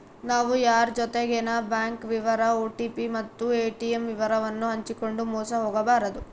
ನಾವು ಯಾರ್ ಜೊತಿಗೆನ ಬ್ಯಾಂಕ್ ವಿವರ ಓ.ಟಿ.ಪಿ ಮತ್ತು ಏ.ಟಿ.ಮ್ ವಿವರವನ್ನು ಹಂಚಿಕಂಡು ಮೋಸ ಹೋಗಬಾರದು